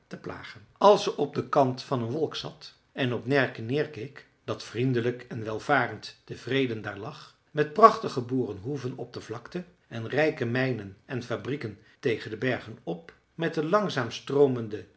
te plagen als ze op den kant van een wolk zat en op närke neerkeek dat vriendelijk en welvarend tevreden daar lag met prachtige boerenhoeven op de vlakte en rijke mijnen en fabrieken tegen de bergen op met de langzaam